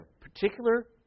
particular